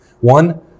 one